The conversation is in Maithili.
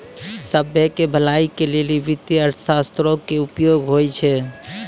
सभ्भे के भलाई के लेली वित्तीय अर्थशास्त्रो के उपयोग होय छै